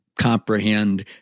comprehend